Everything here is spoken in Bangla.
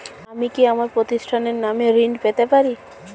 আমি কি আমার প্রতিষ্ঠানের নামে ঋণ পেতে পারি?